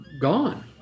gone